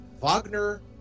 wagner